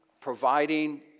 providing